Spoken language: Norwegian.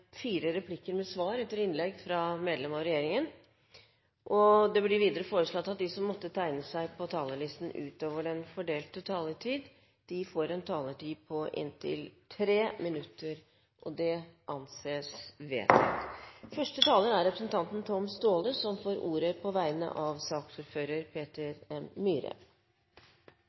fire replikker med svar etter innlegg fra medlem av regjeringen innenfor den fordelte taletid. Videre blir det foreslått at de som måtte tegne seg på talerlisten utover den fordelte taletid, får en taletid på inntil 3 minutter. – Det anses vedtatt. Første taler er representanten Tom Staahle, som får ordet på vegne av saksordfører Peter N. Myhre.